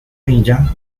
villa